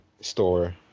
store